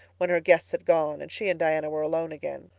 when her guests had gone and she and diana were alone again.